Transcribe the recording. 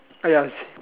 !aiya!